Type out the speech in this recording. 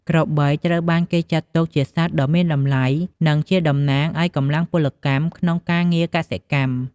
ក្របីត្រូវបានគេចាត់ទុកជាសត្វដ៏មានតម្លៃ និងជាតំណាងឱ្យកម្លាំងពលកម្មក្នុងការងារកសិកម្ម។